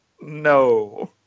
No